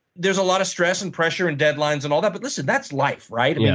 there's a lot of stress and pressure and deadline and all that. but listen, that's life, right? yeah